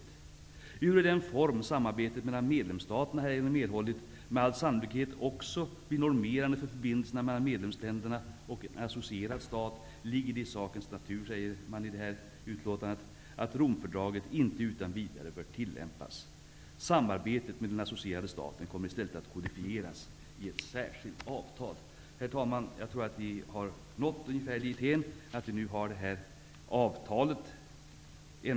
- Ehuru den form, samarbetet mellan medlemsstaterna härigenom erhållit, med all sannolikhet också -- blir normerande för förbindelserna mellan medlemsländerna och en associerad stat, ligger det i sakens natur att Romfördraget och dess följdförfattningar icke utan vidare blir tillämpliga.'' Vidare sägs att samarbetet med den associerade staten i stället kommer att kodifieras i ett särskilt avtal. Herr talman! Jag tror att vi har nått ungefär dithän att vi nu äntligen har det här avtalet klart.